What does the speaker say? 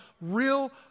real